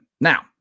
Now